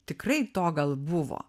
tikrai to gal buvo